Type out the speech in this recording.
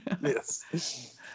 Yes